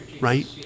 right